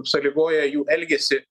sąlygoja jų elgesį